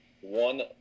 one